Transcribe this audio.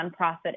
nonprofit